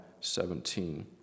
17